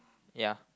ya